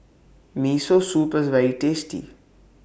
Miso Soup IS very tasty